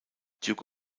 duke